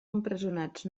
empresonats